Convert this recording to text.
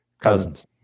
Cousins